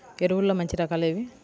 ఎరువుల్లో మంచి రకాలు ఏవి?